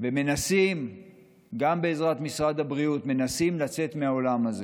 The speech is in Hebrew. ומנסים גם בעזרת משרד הבריאות לצאת מהעולם הזה.